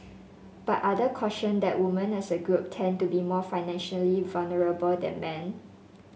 but other cautioned that women as a group tend to be more financially vulnerable than men